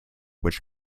which